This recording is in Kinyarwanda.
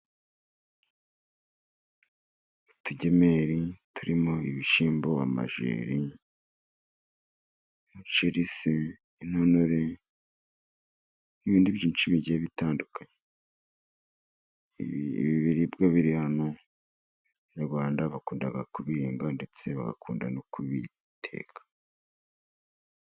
Utugemeri turimo ibishyimbo, amajeri, umuceri se, intonore n'ibindi byinshi bigiye bitandukanye, ibi biribwa biri hano abanyarwanda bakunda kubihinga ndetse bakunda no kubiteka.